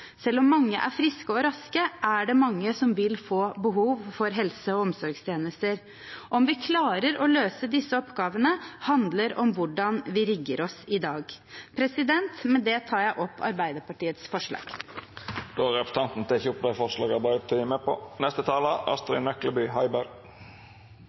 Selv om mange er friske og raske, er det mange som vil få behov for helse- og omsorgstjenester. Om vi klarer å løse disse oppgavene, handler om hvordan vi rigger oss i dag. Med det tar jeg opp Arbeiderpartiets forslag. Då har representanten Tuva Moflag teke opp forslaga frå Arbeidarpartiet. Det